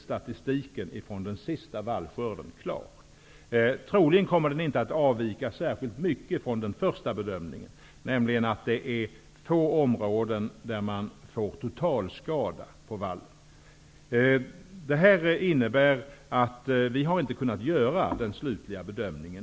Statistiken över den senaste vallskörden är inte klar, men den kommer troligen inte att avvika särskilt mycket från den första bedömningen, nämligen att det är få områden som har en totalskada på vallen. Det innebär att vi ännu inte har kunnat göra den slutliga bedömningen.